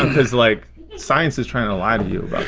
cause like science is trying to lie to you